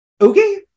okay